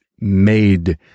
made